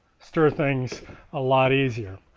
stir things a lot easier